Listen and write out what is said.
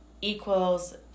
equals